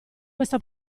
questa